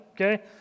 okay